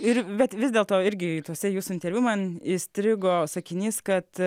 ir bet vis dėlto irgi tuose jūsų interviu man įstrigo sakinys kad